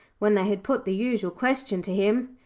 when they had put the usual question to him.